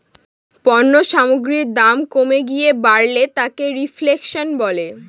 পণ্য সামগ্রীর দাম কমে গিয়ে বাড়লে তাকে রেফ্ল্যাশন বলে